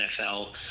nfl